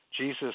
Jesus